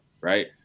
Right